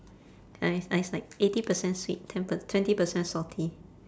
ya it's ya it's like eighty percent sweet ten per~ twenty percent salty